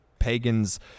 pagans